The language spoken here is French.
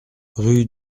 rue